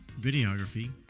videography